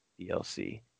DLC